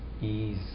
ease